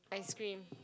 ice cream